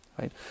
right